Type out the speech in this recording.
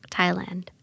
Thailand